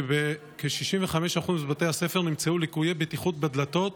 כי בכ-65% מבתי הספר נמצאו ליקויי בטיחות בדלתות,